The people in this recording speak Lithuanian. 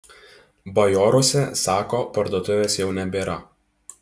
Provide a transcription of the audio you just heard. bajoruose sako parduotuvės jau nebėra